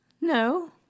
No